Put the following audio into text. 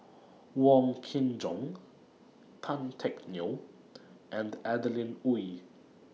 Wong Kin Jong Tan Teck Neo and Adeline Ooi